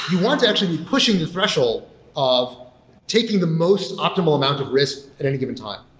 you want to actually be pushing the threshold of taking the most optimal amount of risk at any given time.